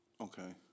Okay